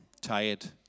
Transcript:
tired